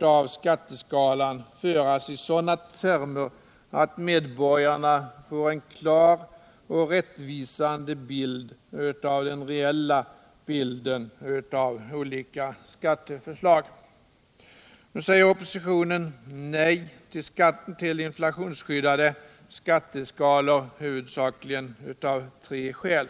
av skatteskalan föras i sådana termer att medborgarna får en klar och rättvisande reell bild av olika skatteförslag. Nu säger oppositionen nej till inflationsskyddade skatteskalor, huvudsakligen av tre skäl.